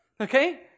Okay